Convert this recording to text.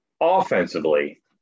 Offensively